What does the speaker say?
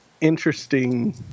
interesting